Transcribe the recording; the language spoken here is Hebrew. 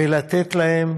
ולתת להם